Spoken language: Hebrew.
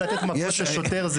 יש הסתה.